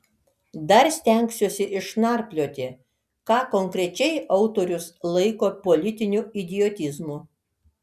dar stengsiuosi išnarplioti ką konkrečiai autorius laiko politiniu idiotizmu